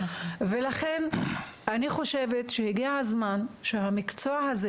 לכן אני חושבת שהגיע הזמן שהמקצוע הזה